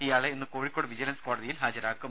ഇയാളെ ഇന്ന് കോഴിക്കോട് വിജിലൻസ് കോടതിയിൽ ഹാജരാക്കും